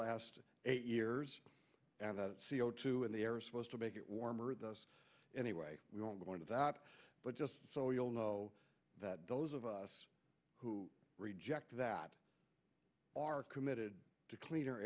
last eight years and that c o two in the air is supposed to make it warmer thus anyway we don't want that but just so you'll know that those of us who reject that are committed to cleaner